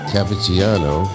Cappuccino